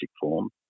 form